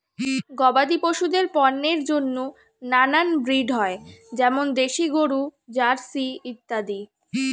গবাদি পশুদের পণ্যের জন্য নানান ব্রিড হয়, যেমন দেশি গরু, জার্সি ইত্যাদি